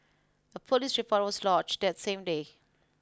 a police report was lodged that same day